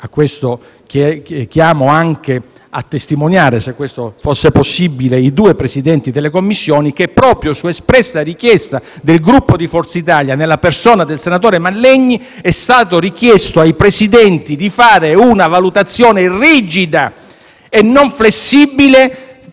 su questo chiamo anche, se possibile, a testimoniare i due Presidenti delle Commissioni - che proprio su espressa richiesta del Gruppo Forza Italia, nella persona del senatore Mallegni, è stato richiesto ai Presidenti di fare una valutazione rigida e non flessibile